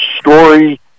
story